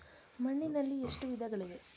ಮಣ್ಣಿನಲ್ಲಿ ಎಷ್ಟು ವಿಧಗಳಿವೆ?